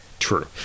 true